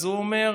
אז הוא אומר,